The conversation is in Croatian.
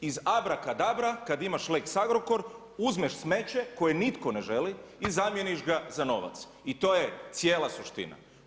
Iz abrakadabra kada imaš lex Agrokor uzmeš smeće koje nitko ne želi i zamijeniš ga za novac i to je cijela suština.